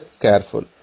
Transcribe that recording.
careful